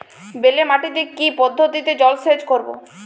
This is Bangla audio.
বেলে মাটিতে কি পদ্ধতিতে জলসেচ করব?